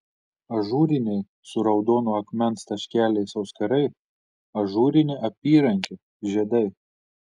ažūriniai su raudono akmens taškeliais auskarai ažūrinė apyrankė žiedai